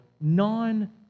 non